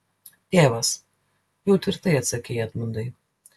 tėvas jau tvirtai atsakei edmundai